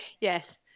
yes